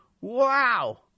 wow